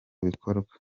bikorwa